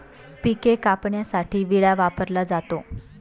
पिके कापण्यासाठी विळा वापरला जातो